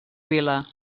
vila